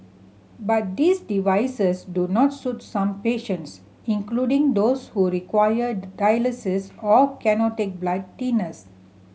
but these devices do not suit some patients including those who require dialysis or cannot take blood thinners